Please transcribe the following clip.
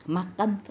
makan